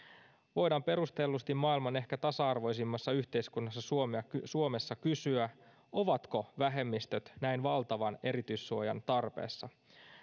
voidaan perustellusti maailman ehkä tasa arvoisimmassa yhteiskunnassa suomessa kysyä ovatko vähemmistöt näin valtavan erityissuojan tarpeessa